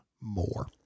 more